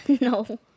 No